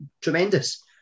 tremendous